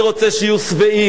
אני רוצה שיהיו שבעים,